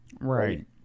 Right